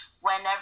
whenever